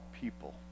people